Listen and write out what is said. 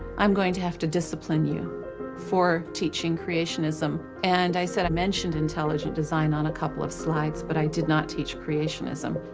i'm going to have to discipline you for teaching creationism. and i said, i mentioned intelligent design on a couple of slides, but i did not teach creationism.